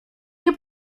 nie